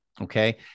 Okay